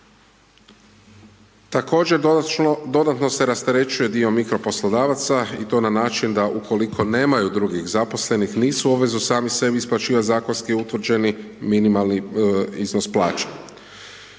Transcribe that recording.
Također dodatno se rasterećuje dio mikro poslodavaca i to na način da ukoliko nemaju drugih zaposlenih, nisu u obvezi sami sebi isplaćivati zakonski utvrđeni minimalni iznos plaće.